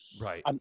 Right